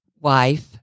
Wife